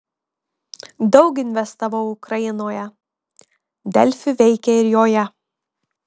daug investavau ukrainoje delfi veikia ir joje